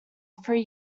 three